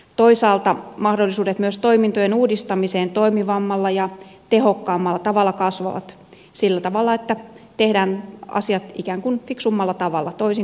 toisaalta mahdollisuudet myös toimintojen uudistamiseen toimivammalla ja tehokkaammalla tavalla kasvavat sillä tavalla että tehdään asiat ikään kuin fiksummalla tavalla toisin kuin ennen